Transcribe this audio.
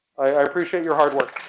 i appreciate your hard work.